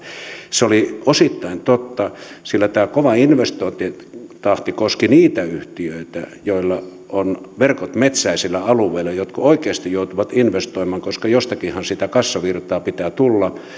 se oli osittain totta sillä tämä kova investointitahti koski niitä yhtiöitä joilla on verkot metsäisillä alueilla ja jotka oikeasti joutuvat investoimaan koska jostakinhan sitä kassavirtaa pitää tulla